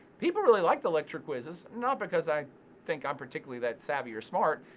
people really like the lecture quizzes, not because i think i'm particularly that savvy or smart,